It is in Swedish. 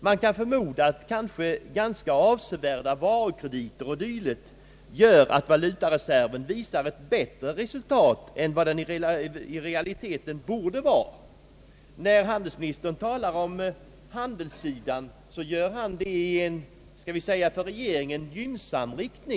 Man kan förmoda att kanske ganska avsevärda varukrediter och dylikt gör att valutareserven visar ett bättre resultat än vad det i realiteten borde vara. När handelsministern talar om handelssidan gör han det på ett för regeringen gynnsamt sätt.